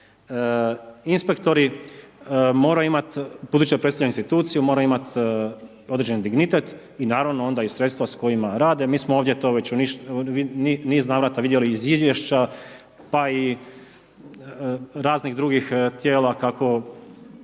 imati buduću predstavničku instituciju, moraju imati određeni dignitet i naravno onda i sredstva s kojima rade, mi smo ovdje to već u niz navrata vidjeli iz izvješća pa i raznih drugih tijela kako,